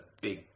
big